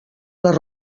les